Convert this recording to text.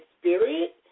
spirit